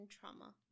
trauma